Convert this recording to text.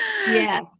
yes